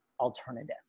alternative